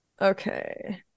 Okay